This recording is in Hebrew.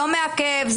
לא מעכב,